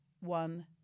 one